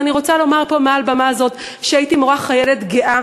אז אני רוצה לומר פה מעל במה זו שאני הייתי מורה חיילת גאה